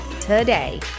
today